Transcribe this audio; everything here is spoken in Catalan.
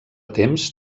temps